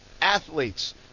Athletes